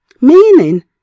Meaning